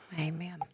Amen